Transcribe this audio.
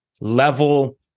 level